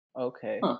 Okay